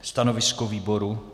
Stanovisko výboru?